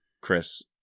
Chris